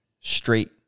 straight